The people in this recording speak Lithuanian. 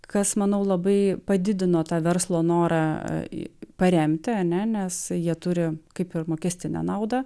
kas manau labai padidino tą verslo norą paremti a ne nes jie turi kaip ir mokestinę naudą